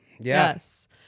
Yes